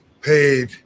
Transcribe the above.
paid